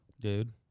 dude